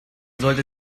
sollte